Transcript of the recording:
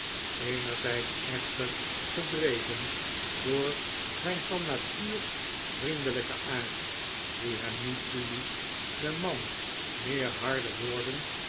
eenerzijds echter gedreven door zijn van natuur vriendelijken aard die hem niet toeliet den man meer harde woorden